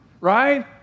right